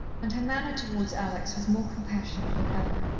and her manner towards alex was more compassionate than ever.